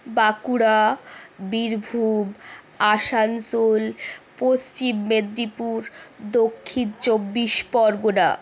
বাঁকুড়া বীরভূম আসানসোল পশ্চিম মেদিনীপুর দক্ষিণ চব্বিশ পরগণা